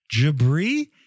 Jabri